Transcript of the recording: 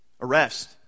arrest